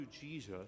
Jesus